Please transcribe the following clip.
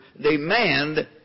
demand